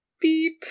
beep